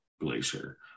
glacier